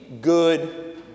good